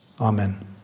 Amen